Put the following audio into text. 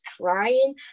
crying